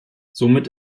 somit